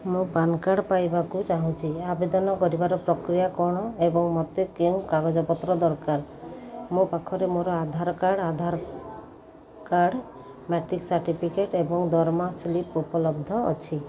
ମୁଁ PAN card ପାଇବାକୁ ଚାହୁଁଛି ଆବେଦନ କରିବାର ପ୍ରକ୍ରିୟା କ'ଣ ଏବଂ ମୋତେ କେଉଁ କାଗଜପତ୍ର ଦରକାର ମୋ ପାଖରେ ମୋର Aadhaar card Aadhaar card matric certificate ଏବଂ ଦରମା ସ୍ଲିପ୍ ଉପଲବ୍ଧ ଅଛି